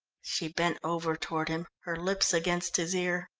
she bent over toward him, her lips against his ear.